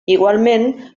igualment